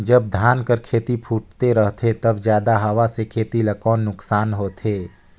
जब धान कर खेती फुटथे रहथे तब जादा हवा से खेती ला कौन नुकसान होथे?